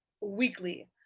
weekly